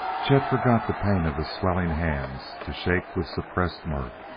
chet forgot the pain of his swelling hands to shake with suppressed mirth.